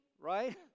Right